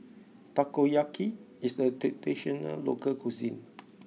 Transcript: Takoyaki is a traditional local cuisine